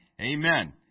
Amen